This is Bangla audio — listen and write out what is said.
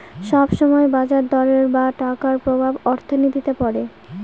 সব সময় বাজার দরের বা টাকার প্রভাব অর্থনীতিতে পড়ে